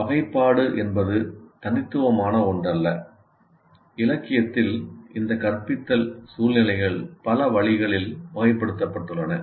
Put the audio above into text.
வகைப்பாடு என்பது தனித்துவமான ஒன்றல்ல இலக்கியத்தில் இந்த கற்பித்தல் சூழ்நிலைகள் பல வழிகளில் வகைப்படுத்தப்பட்டுள்ளன